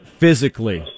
physically